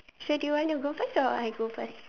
so do you want to go first or I go first